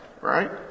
Right